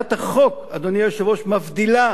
הצעת החוק, אדוני היושב-ראש, מבדילה